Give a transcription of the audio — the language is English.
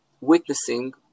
witnessing